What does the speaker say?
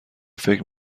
فکر